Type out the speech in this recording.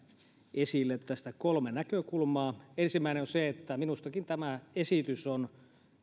esille kolme näkökulmaa ensimmäinen on se että minustakin tämä esitys on